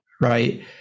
right